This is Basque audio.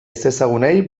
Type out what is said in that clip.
ezezagunei